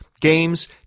games